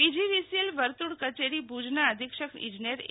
PGVCL વતુળ કચેરી ભુજના અધિક્ષક ઈજનેર એ